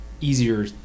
easier